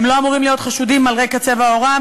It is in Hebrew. הם לא אמורים להיות חשודים על רקע צבע עורם,